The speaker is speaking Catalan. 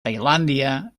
tailàndia